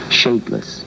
shapeless